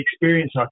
experience